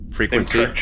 frequency